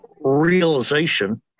realization